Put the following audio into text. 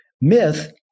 Myth